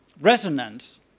resonance